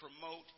promote